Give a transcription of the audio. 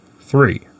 Three